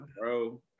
bro